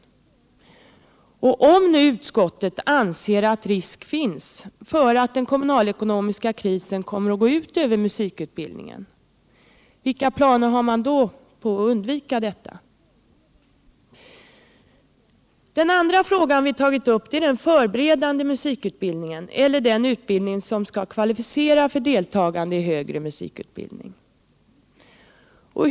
För den händelse att utskottet anser att risk finns för att den kommunalekonomiska krisen kommer att gå ut över musikutbildningen vill jag fråga vilka planer man har för att undvika detta. Den andra fråga vi tagit upp är den förberedande musikutbildningen eller den utbildning som skall kvalificera för deltagande i högre musikutbildning.